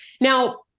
Now